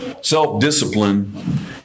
self-discipline